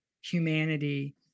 humanity